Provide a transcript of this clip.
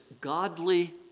godly